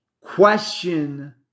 question